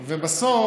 ובסוף,